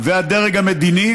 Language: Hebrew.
והדרג המדיני